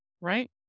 right